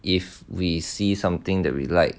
if we see something that we like